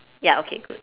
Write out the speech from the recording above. ya okay good